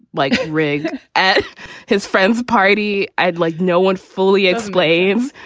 like rig at his friend's party? i'd like no one fully explains,